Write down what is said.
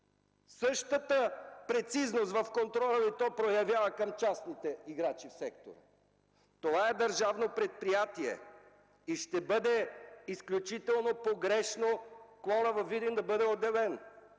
Същата прецизност ли проявява то в контрола към частните играчи в сектора? Това е държавно предприятие и ще бъде изключително погрешно клонът във Видин да бъде отделен.